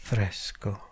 Fresco